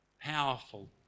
powerful